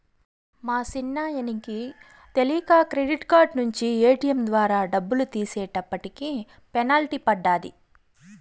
మా సిన్నాయనకి తెలీక క్రెడిట్ కార్డు నించి ఏటియం ద్వారా డబ్బులు తీసేటప్పటికి పెనల్టీ పడ్డాది